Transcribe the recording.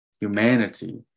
humanity